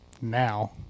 now